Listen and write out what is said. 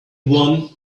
one